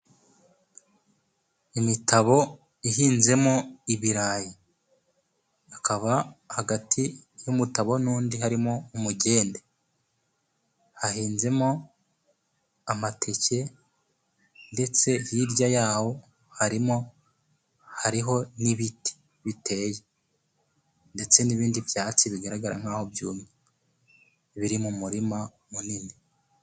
Imitabo ihinzemo ibirayi, ikaba hagati y'umutabo n'undi harimo umugende, hahinzemo amateke ndetse hirya y'aho harimo, hariho n'ibiti biteye, ndetse n'ibindi byatsi bigaragara nk'aho byumye, biri mu murima munini.